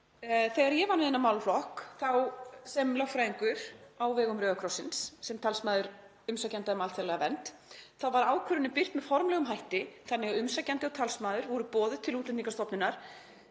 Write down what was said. Þegar ég vann við þennan málaflokk, þá sem lögfræðingur á vegum Rauða krossins, sem talsmaður umsækjenda um alþjóðlega vernd, var ákvörðunin birt með formlegum hætti þannig að umsækjandi og talsmaður voru boðuð til Útlendingastofnunar